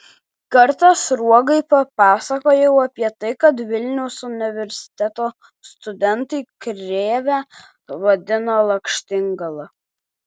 kartą sruogai papasakojau apie tai kad vilniaus universiteto studentai krėvę vadina lakštingala